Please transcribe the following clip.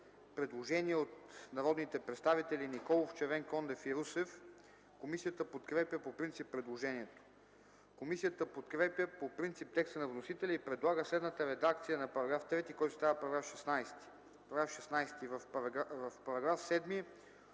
Предложение от народните представители Николов, Червенкондев и Русев. Комисията подкрепя по принцип предложението. Комисията подкрепя по принцип текста на вносителя и предлага следната редакция на § 3, който става § 16: „§ 16. В § 7